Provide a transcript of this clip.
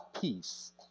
peace